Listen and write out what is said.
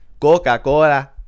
Coca-Cola